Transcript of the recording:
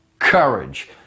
courage